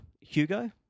Hugo